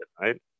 right